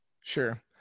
sure